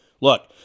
Look